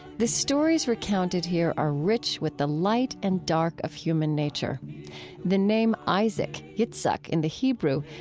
the stories recounted here are rich with the light and dark of human nature the name isaac, yitzhak in the hebrew,